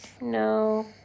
No